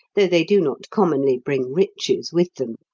though they do not commonly bring riches with them.